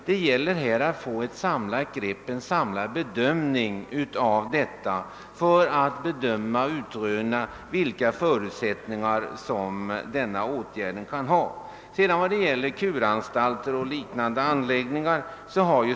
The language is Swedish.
Det gäller att få ett samlat grepp, en samlad bedömning för att utröna vilka förutsättningar denna åtgärd kan ha.